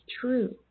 true